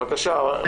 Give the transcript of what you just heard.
בבקשה.